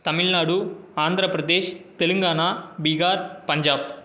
Tamil Nadu Andhra Pradesh Telangana Bihar Punjab